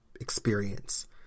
experience